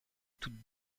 toutes